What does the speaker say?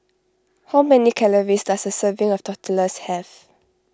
how many calories does a serving of Tortillas have